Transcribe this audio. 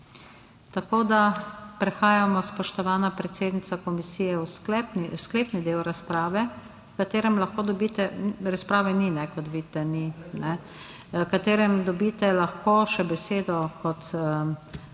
Tako da prehajamo, spoštovana predsednica komisije, v sklepni del razprave, v katerem lahko dobite - razprave ni, kot vidite -, v katerem dobite lahko še besedo kot predstavnica